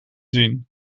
zien